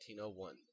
1901